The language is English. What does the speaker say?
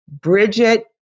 Bridget